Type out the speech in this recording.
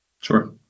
Sure